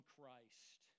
Christ